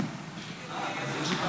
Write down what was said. ראשון